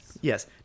Yes